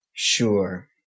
Sure